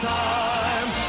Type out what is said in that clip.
time